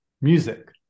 music